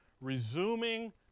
resuming